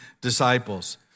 disciples